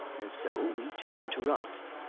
and so, we turned to rost.